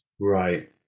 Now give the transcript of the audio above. right